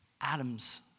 Atoms